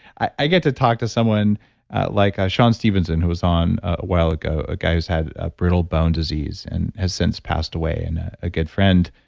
i get to talk to someone like sean stevenson, who was on a while ago, a guy who's had a brittle bone disease and has since passed away and a good friend,